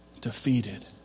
defeated